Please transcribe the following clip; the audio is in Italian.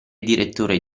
direttore